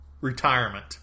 retirement